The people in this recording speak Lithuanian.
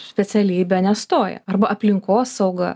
specialybę nestoja arba aplinkosauga